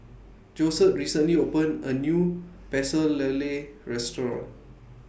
Josette recently opened A New Pecel Lele Restaurant